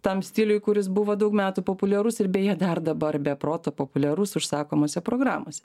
tam stiliui kuris buvo daug metų populiarus ir beje dar dabar be proto populiarus užsakomose programose